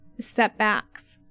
setbacks